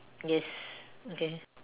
yes okay